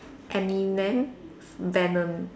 Eminem Venom